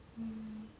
mm